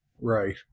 Right